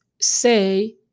say